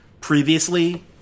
previously